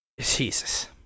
jesus